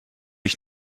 ich